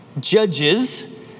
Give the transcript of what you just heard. judges